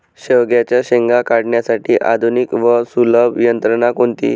शेवग्याच्या शेंगा काढण्यासाठी आधुनिक व सुलभ यंत्रणा कोणती?